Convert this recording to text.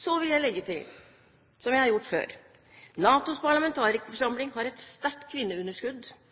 Så vil jeg legge til, som jeg har gjort før: NATOs parlamentarikerforsamling har et sterkt kvinneunderskudd,